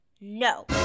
No